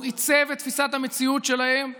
הוא עיצב את תפיסת המציאות שלהם והוא,